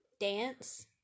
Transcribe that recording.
dance